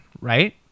right